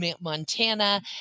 Montana